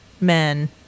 men